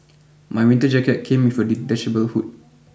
my winter jacket came with a detachable hood